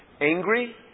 angry